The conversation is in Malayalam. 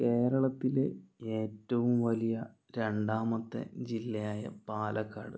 കേരളത്തിലെ ഏറ്റവും വലിയ രണ്ടാമത്തെ ജില്ലയായ പാലക്കാട്